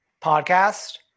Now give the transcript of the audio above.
podcast